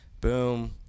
Boom